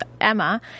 Emma